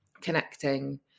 connecting